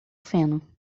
feno